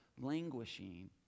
languishing